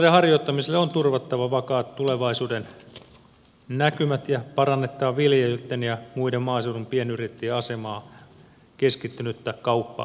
maatalouden harjoittamiselle on turvattava vakaat tulevaisuudennäkymät ja parannettava viljelijöitten ja muiden maaseudun pienyrittäjien asemaa keskittynyttä kauppaa vastaan